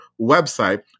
website